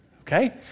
okay